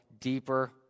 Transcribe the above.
deeper